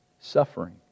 Suffering